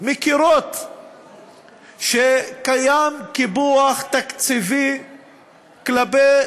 מכירות בכך שקיים קיפוח תקציבי כלפי